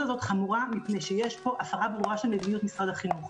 הזאת חמורה מפני שיש פה הפרה ברורה של מדיניות משרד החינוך.